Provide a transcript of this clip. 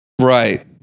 right